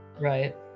Right